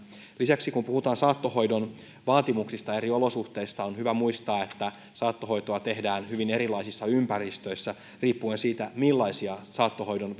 lisäksi kun puhutaan saattohoidon vaatimuksista eri olosuhteista on hyvä muistaa että saattohoitoa tehdään hyvin erilaisissa ympäristöissä riippuen siitä millaisia saattohoidon